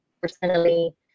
personally